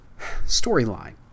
storyline